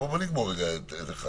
בוא נדבר על (1).